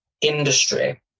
industry